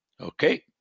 Okay